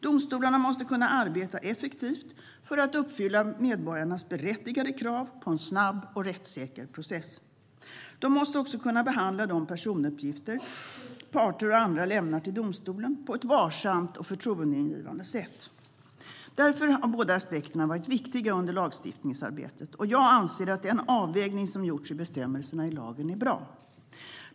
Domstolarna måste kunna arbeta effektivt för att uppfylla medborgarnas berättigade krav på en snabb och rättssäker process. De måste också kunna behandla de personuppgifter som parter och andra lämnar till domstolen på ett varsamt och förtroendeingivande sätt. Därför har båda aspekterna varit viktiga under lagstiftningsarbetet. Jag anser att den avvägning som gjorts i bestämmelserna i lagen är bra.